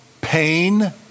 pain